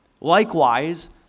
Likewise